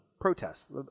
protests